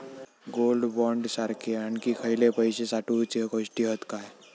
Gold bond सारखे आणखी खयले पैशे साठवूचे गोष्टी हत काय?